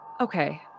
okay